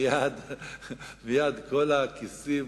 מייד כל הכיסים